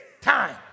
time